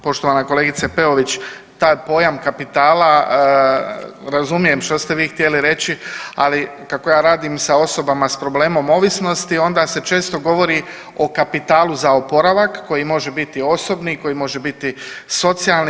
Poštovana kolegice Peović, taj pojam kapitala razumijem što ste vi htjeli reći, ali kako ja radim sa osobama sa problemom ovisnosti onda se često govori o kapitalu za oporavak koji može biti osobni, koji može biti socijalni.